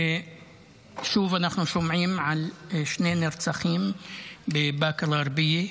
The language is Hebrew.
שוב אנחנו שומעים על שני נרצחים בבאקה אל-גרבייה,